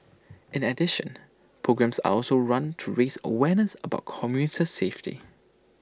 in addition programmes are also run to raise awareness about commuter safety